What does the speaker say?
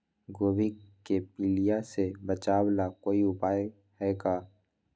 गोभी के पीलिया से बचाव ला कोई उपाय है का?